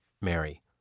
Mary